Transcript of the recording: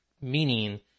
meaning